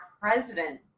president